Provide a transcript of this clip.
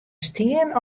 stien